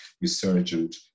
resurgent